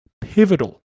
pivotal